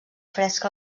fresc